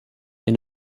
wenn